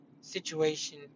situation